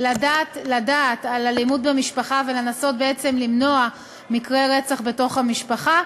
לדעת על אלימות במשפחה ולנסות למנוע מקרי רצח בתוך המשפחה.